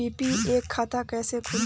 PPF खाता कैसे खुली?